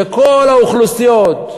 וכל האוכלוסיות,